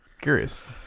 curious